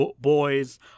boys